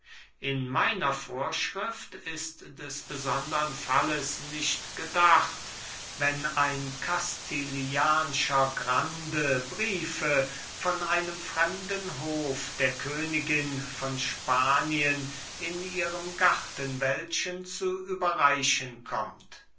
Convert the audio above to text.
in meiner vorschrift ist des besondern falles nicht gedacht wenn ein kastilianscher grande briefe von einem fremden hof der königin von spanien in ihrem gartenwäldchen zu überreichen kommt